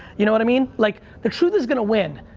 you know what i mean? like the truth is gonna win.